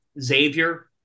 Xavier